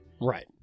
Right